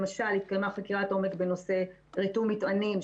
למשל התקיימה חקירת עומק בנושא ריתום מטענים,